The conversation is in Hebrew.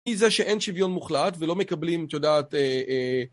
מזה שאין שוויון מוחלט ולא מקבלים, את יודעת